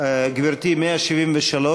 גברתי, 173?